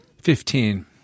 Fifteen